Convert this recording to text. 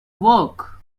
work